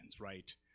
right